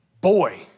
boy